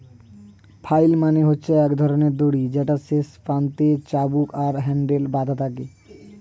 flail মানে হচ্ছে এক ধরণের দড়ি যেটার শেষ প্রান্তে চাবুক আর হ্যান্ডেল বাধা থাকে